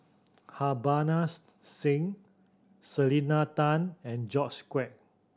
Singh Selena Tan and George Quek